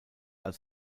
als